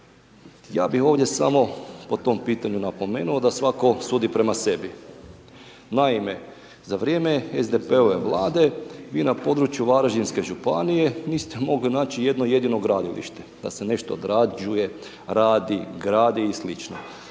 Ja bi ovdje samo po tom pitanju napomenuo da svatko sudi prema sebi. Naime, za vrijeme SDP-ove Vlade vi na području Varaždinske županije niste mogli naći jedno jedino gradilište, da se nešto odrađuje, radi, gradi i sl.